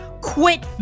quit